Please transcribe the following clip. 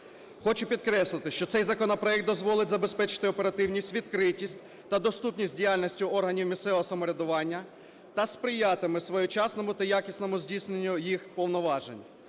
Хочу підкреслити, що цей законопроект дозволить забезпечити оперативність, відкритість та доступність діяльності органів місцевого самоврядування та сприятиме своєчасному та якісному здійсненню їх повноважень.